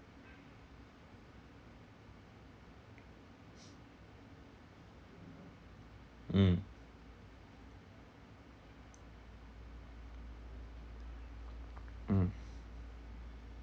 mm mm